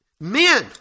Men